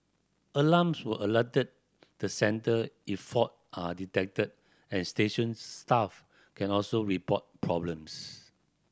alarms will alert the centre if fault are detected and station staff can also report problems